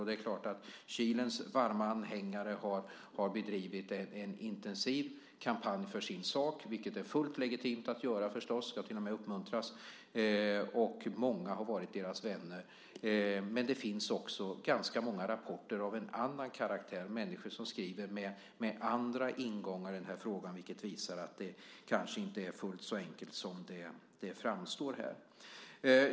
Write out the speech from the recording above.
Det är klart att Kilens varma anhängare har bedrivit en intensiv kampanj för sin sak, vilket förstås är fullt legitimt att göra - det ska till och med uppmuntras. Många har varit Kilens vänner, men det finns också ganska många rapporter av en annan karaktär. Det är människor som skriver med andra ingångar i den här frågan, vilket visar att det kanske inte är fullt så enkelt som det framstår här.